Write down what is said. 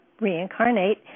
reincarnate